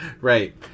Right